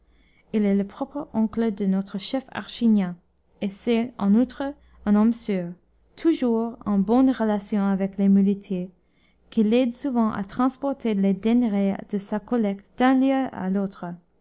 il est le propre oncle de notre chef archignat et c'est en outre un homme sûr toujours en bonnes relations avec les muletiers qui l'aident souvent à transporter les denrées de sa collecte d'un lieu à l'autre